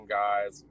guys